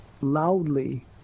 loudly